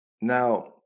Now